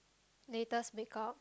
latest make up